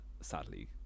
sadly